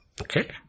Okay